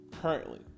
currently